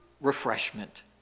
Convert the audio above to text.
refreshment